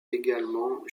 également